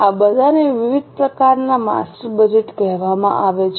આ બધાને વિવિધ પ્રકારનાં માસ્ટર બજેટ કહેવામાં આવે છે